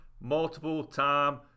multiple-time